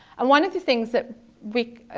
and one of the things that we